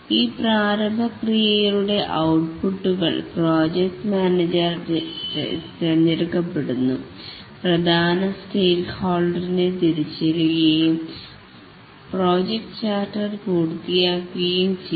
ഈ പ്രാരംഭ ക്രിയകളുടെ ഔട്പുട്ടുകൾ പ്രോജക്റ്റ് മാനേജർ തിരഞ്ഞെടുക്കപ്പെടുന്നു പ്രധാന സ്റ്റേറ്റ്ഹോൾഡറിനെ തിരിച്ചറിയുകയും പ്രോജക്ട് ചാർട്ടർ പൂർത്തിയാക്കുകയും ചെയ്യുന്നു